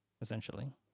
essentially